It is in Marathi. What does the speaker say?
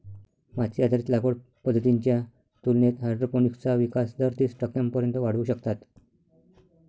माती आधारित लागवड पद्धतींच्या तुलनेत हायड्रोपोनिक्सचा विकास दर तीस टक्क्यांपर्यंत वाढवू शकतात